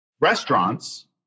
restaurants